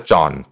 John